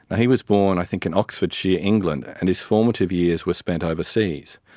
he was born i think in oxfordshire, england, and his formative years were spent overseas.